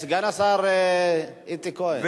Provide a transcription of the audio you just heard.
סגן השר איציק כהן,